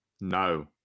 No